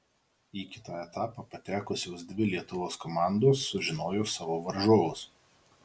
į kitą etapą patekusios dvi lietuvos komandos sužinojo savo varžovus